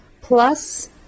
plus